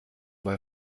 bei